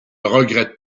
regrette